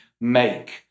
make